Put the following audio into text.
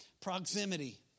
Proximity